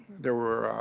there were